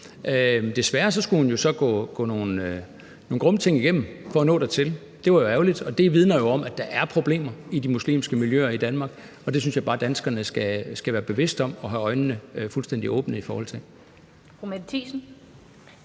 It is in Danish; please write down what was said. Desværre skulle hun jo så gå nogle grumme ting igennem for at nå dertil, og det var jo ærgerligt, og det vidner jo om, at der er problemer i de muslimske miljøer i Danmark, og det synes jeg bare danskerne skal være bevidste om og have øjnene fuldstændig åbne for. Kl.